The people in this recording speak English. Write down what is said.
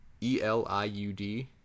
E-L-I-U-D